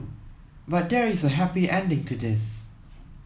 but there is a happy ending to this